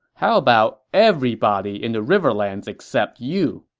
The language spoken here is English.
how about everybody in the riverlands except you?